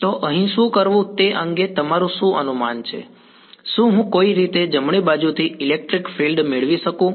તો અહીં શું કરવું તે અંગે તમારું શું અનુમાન છે શું હું કોઈક રીતે જમણી બાજુથી ઇલેક્ટ્રિક ફિલ્ડ મેળવી શકું